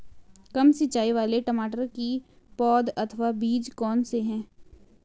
कम सिंचाई वाले टमाटर की पौध अथवा बीज कौन से हैं?